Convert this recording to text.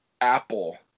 Apple